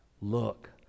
Look